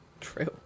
true